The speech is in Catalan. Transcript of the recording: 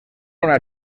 una